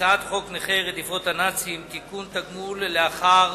הצעת חוק נכי רדיפות הנאצים (תיקון, תגמול לאחר